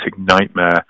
nightmare